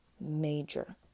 Major